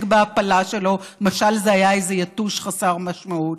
בהפלה שלו משל היה זה איזה יתוש חסר משמעות.